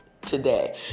today